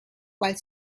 while